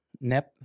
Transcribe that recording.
Nep